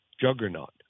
juggernaut